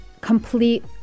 complete